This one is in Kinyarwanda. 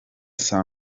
saa